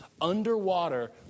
underwater